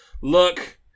Look